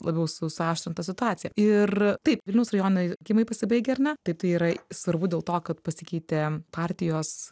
labiau su suaštrintą situaciją ir taip vilniaus rajonai rinkimai pasibaigę ar ne taip tai yra svarbu dėl to kad pasikeitė partijos